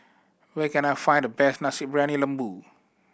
where can I find the best Nasi Briyani Lembu